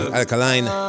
Alkaline